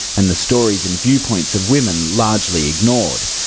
and the stories and viewpoints of women largely ignored?